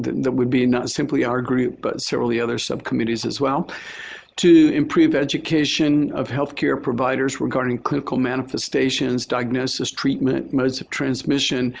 that would be not simply our group but several of the other subcommittees as well to improve education of healthcare providers regarding clinical manifestations, diagnosis, treatment, modes of transmission,